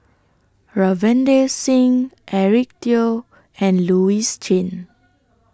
Ravinder Singh Eric Teo and Louis Chen